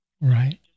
Right